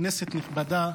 כנסת נכבדה,